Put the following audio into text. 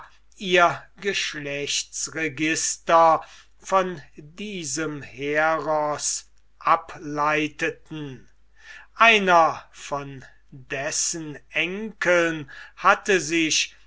ihr geschlechtsregister von diesem heros ableiteten einer von dessen enkeln hatte sich